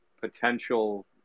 potential